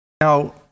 now